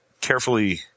carefully